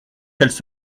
qu’elle